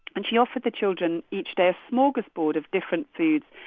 and she offered the children each day a smorgasbord of different foods.